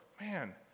man